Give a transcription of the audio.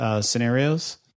scenarios